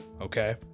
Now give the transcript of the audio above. Okay